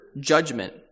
judgment